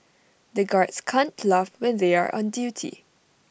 the guards can't laugh when they are on duty